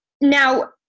now